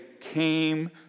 came